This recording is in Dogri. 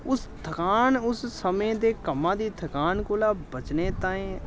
उस थकान उस समें दे कम्मा दी थकान कोला बचने ताईं